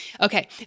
Okay